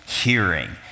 hearing